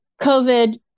COVID